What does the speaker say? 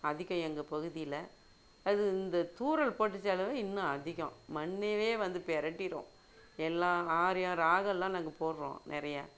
அதிகம் எங்கள் பகுதியில் அது இந்த தூறல் போட்டுச்சி அளவு இன்னும் அதிகம் மண்ணியே வந்து பிரட்டிரும் எல்லாம் ஆரியா ராகெல்லாம் நாங்கள் போடுகிறோம் நிறையா